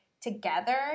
together